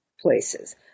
places